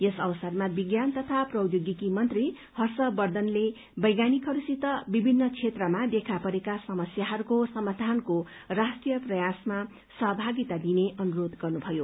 यस अवसरमा विज्ञान तथा प्रौचोगिकी मन्त्री हर्षवर्द्वनले वैज्ञानिकहरूसित विभिन्न क्षेत्रमा देखा परेका समस्याहरूको समाधानको राष्ट्रीय प्रयासमा सहभागिता दिन अनुरोध गर्नुभयो